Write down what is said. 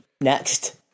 Next